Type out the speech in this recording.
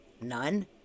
none